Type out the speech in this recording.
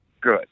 Good